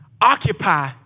Occupy